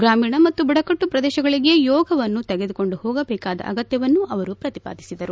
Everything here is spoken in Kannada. ಗ್ರಾಮೀಣ ಮತ್ತು ಬುಡಕಟ್ಟು ಪ್ರದೇಶಗಳಿಗೆ ಯೋಗವನ್ನು ತೆಗೆದುಕೊಂಡು ಹೋಗಬೇಕಾದ ಅಗತ್ಯವನ್ನೂ ಅವರು ಪ್ರತಿಪಾದಿಸಿದರು